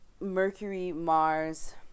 Mercury-Mars